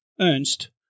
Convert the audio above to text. Ernst